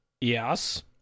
Yes